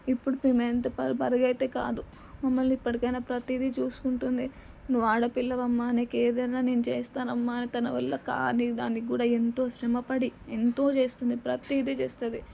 ఇప్పుడు మేము ఎంత బరువైతే కాదు మమ్మల్ని ఇప్పటికైనా ప్రతీదీ చూసుకుంటుంది నువ్వు ఆడపిల్లవమ్మా నీకు ఏదైనా నేను చేస్తానమ్మా తనవల్ల కానిదానికి కూడా ఎంతో శ్రమపడి ఎంతో చేస్తుంది ప్రతీదీ చేస్తుంది